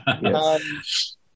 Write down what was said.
Yes